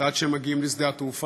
ועד שהם מגיעים לשדה-התעופה,